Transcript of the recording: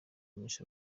miss